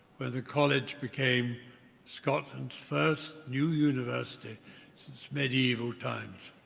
when the college became scotland's first new university since medieval times.